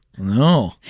No